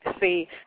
See